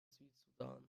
südsudan